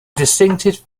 distinctive